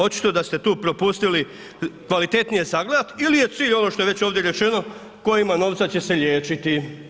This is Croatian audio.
Očito da ste tu propustili kvalitetnije sagledati ili je cilj ovo što je već ovdje rečeno tko ima novca će se liječiti.